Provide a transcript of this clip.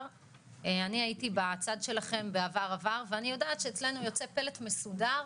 שאצלנו יוצא פלט מסודר